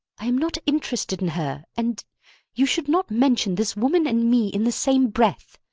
i am not interested in her and you should not mention this woman and me in the same breath.